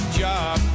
job